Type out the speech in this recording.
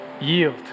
Yield